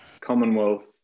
Commonwealth